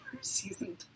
season